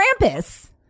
Krampus